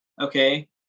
okay